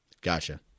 Gotcha